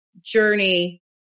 journey